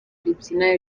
ribyina